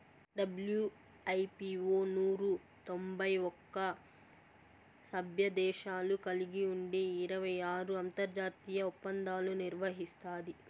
WIPO నూరు తొంభై ఒక్క సభ్యదేశాలు కలిగి ఉండి ఇరవై ఆరు అంతర్జాతీయ ఒప్పందాలు నిర్వహిస్తాది